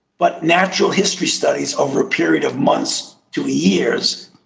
but natural history studies over a period of months, two years,